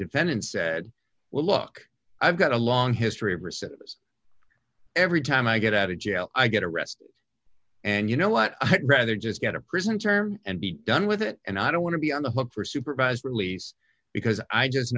defendant said well look i've got a long history of recidivism every time i get out of jail i get arrested and you know what i'd rather just get a prison term and be done with it and i don't want to be on the hook for supervised release because i just